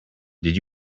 did